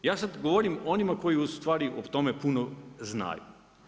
Ja sad govorim onima koji ustvari o tome puno znaju.